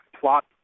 plot